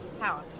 Power